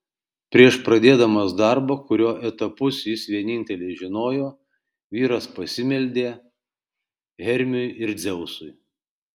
prieš pradėdamas darbą kurio etapus jis vienintelis žinojo vyras pasimeldė hermiui ir dzeusui